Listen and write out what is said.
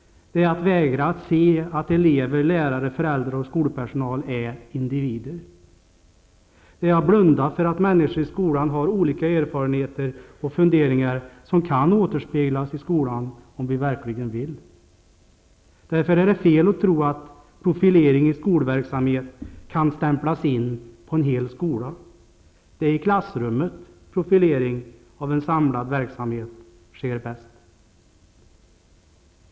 Det är att vägra att se att elever, lärare, föräldrar och skolpersonal är individer. Det är att blunda för att människor i skolan har olika erfarenheter och funderingar, som kan återspeglas i skolan, om vi verkligen vill. Därför är det fel att tro att profilering i skolverksamhet kan stämplas in på en hel skola. Det är i klassrummet profilering av en samlad verksamhet sker bäst.